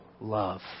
Love